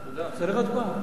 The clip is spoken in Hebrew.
צריך להצביע.